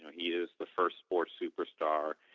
he is the first sports superstar.